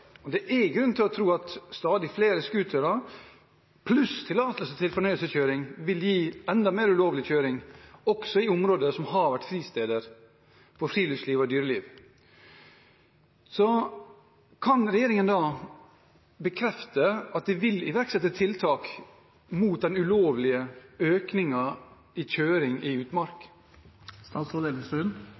er grunn til å tro at stadig flere scootere pluss tillatelse til fornøyelseskjøring vil gi enda mer ulovlig kjøring, også i områder som har vært fristeder for friluftsliv og dyreliv. Kan regjeringen bekrefte at man vil iverksette tiltak mot den ulovlige økningen i kjøring i